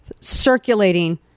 circulating